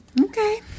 Okay